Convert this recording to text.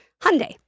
Hyundai